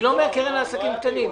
היא לא מהקרן לעסקים קטנים.